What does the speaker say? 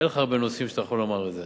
אין לך הרבה נושאים שאתה יכול לומר את זה